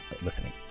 listening